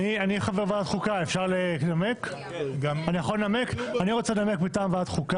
יושב-ראש ועדת החוקה נמצא פה כדי להציג את זה?